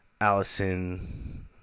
Allison